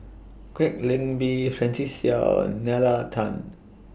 Kwek Leng Beng Francis Seow and Nalla Tan